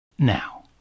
Now